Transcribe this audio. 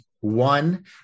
one